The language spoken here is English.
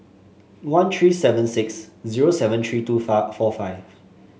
one three seven six zero seven three two four five